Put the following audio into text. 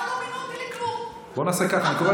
את הבטחת שתצלמי